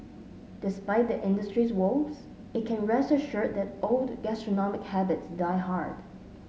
despite the industry's woes it can rest assured that old gastronomic habits die hard